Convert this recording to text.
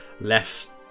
less